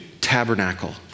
tabernacle